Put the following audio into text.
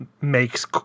makes